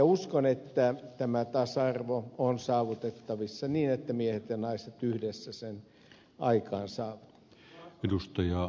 uskon että tämä tasa arvo on saavutettavissa niin että miehet ja naiset yhdessä sen aikaansaavat